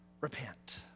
repent